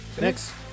next